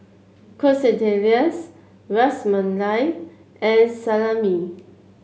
Quesadillas Ras Malai and Salami